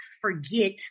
forget